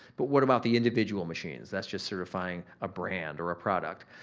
but what about the individual machines? that's just certifying a brand or a product.